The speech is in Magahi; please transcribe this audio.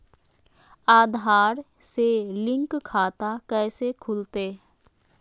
आधार से लिंक खाता कैसे खुलते?